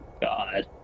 God